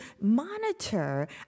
monitor